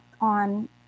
on